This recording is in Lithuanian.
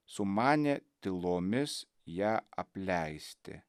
sumanė tylomis ją apleisti